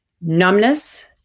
Numbness